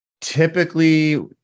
Typically